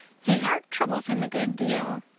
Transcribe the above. his heart troubles him a good deal.